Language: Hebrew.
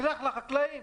נלך לחקלאים.